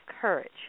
courage